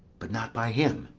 but not by him.